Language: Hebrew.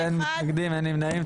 אין מתנגדים, אין נמנעים.